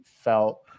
felt